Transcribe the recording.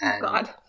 God